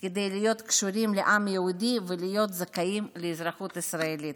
כדי להיות קשורים לעם היהודי ולהיות זכאים לאזרחות ישראלית.